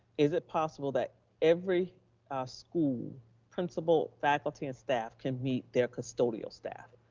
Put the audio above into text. is it possible that every school principal, faculty and staff can meet their custodial staff?